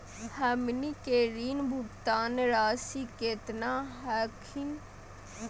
हमनी के ऋण भुगतान रासी केतना हखिन?